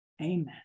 amen